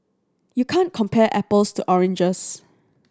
you can't compare apples to oranges